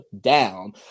down